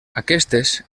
aquestes